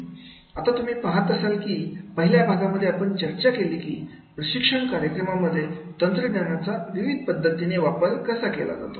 आता तुम्ही पाहत असाल की पहिल्या भागामध्ये आपण चर्चा केली की प्रशिक्षण कार्यक्रमामध्ये तंत्रज्ञानाचा विविध पद्धतीने वापर कसा होतो